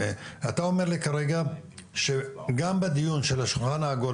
אתה אומר לי כרגע שגם בדיון של השולחן העגול